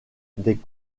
des